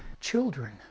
children